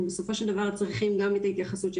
אנחנו בסופו של דבר צריכים גם את האישורים של